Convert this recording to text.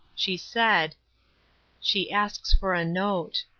she said she asks for a note.